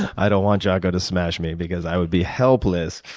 i don't want jocko to smash me because i would be helpless.